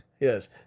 Yes